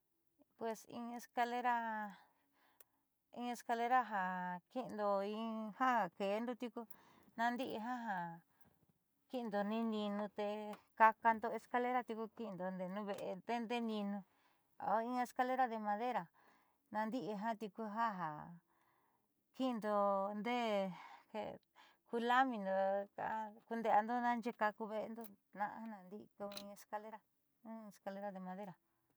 Pues in escalera in escalera ja ki'indo in ja ke'endo tiuku naandi'i ja kiindo ndee ninu te ka'akaando escalera tiuku kiindo ndeé nuuve'e tendee ninu o in escalera de madera naandi'i jiaa tiuku ja ki'indo ku laminando kuunde'eando naanxe'e ka kuve'endo tnaá jaandi'i escalera un escalera de madera.